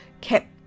kept